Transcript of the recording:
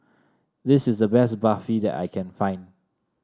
this is the best Barfi that I can find